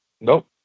Nope